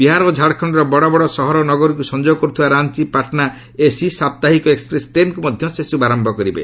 ବିହାର ଓ ଝାଡ଼ଖଣ୍ଡର ବଡବଡ ସହର ଓ ନଗରକୁ ସଂଯୋଗ କରୁଥିବା ରାଞ୍ଚି ପାଟନା ଏସି ସାପ୍ତାହୀକ ଏକ୍କପ୍ରେସ୍ ଟ୍ରେନକୁ ମଧ୍ୟ ସେ ଶୁଭାରମ୍ଭ କରିବେ